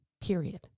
period